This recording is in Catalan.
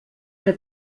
que